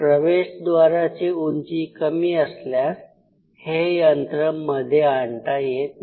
प्रवेशद्वाराची उंची कमी असल्यास हे यंत्र मध्ये आणता येत नाही